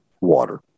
water